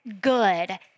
good